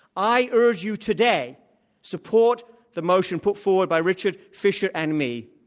i urge you today support the motion put forward by richard fisher and me,